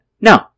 No